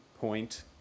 point